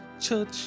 church